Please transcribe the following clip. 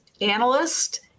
analyst